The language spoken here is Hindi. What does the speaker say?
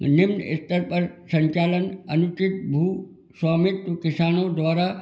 निम्न स्तर पर संचालन अनुच्छेद भू स्वामित्व किसानों द्वारा